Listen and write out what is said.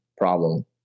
problem